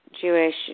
Jewish